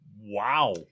Wow